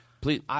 Please